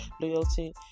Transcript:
Loyalty